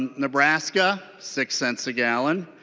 and the basket six cents a gallon.